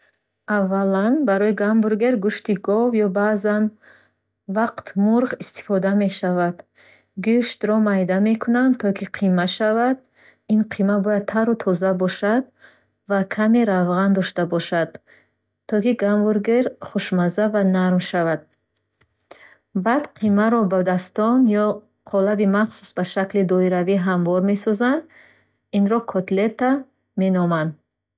Аввалан, барои гамбургер гӯшти гов ё баъзан мурғ истифода мешавад. Гӯштро майда мекунанд, то ки қима шавад. Ин қима бояд тару тоза бошад ва каме равған дошта бошад, то ки гамбургер хушмазза ва нарм шавад. Баъд қимаро бо дастон ё қолаби махсус ба шакли доиравии ҳамвор месозанд. Инро котлета меноманд.